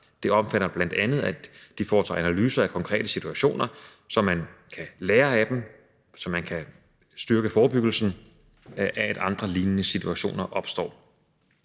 Det omfatter bl.a., at de foretager analyser af konkrete situationer, så man kan lære af dem, og så man kan styrke forebyggelsen af, at andre lignende situationer opstår.